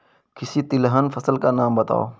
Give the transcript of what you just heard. किसी तिलहन फसल का नाम बताओ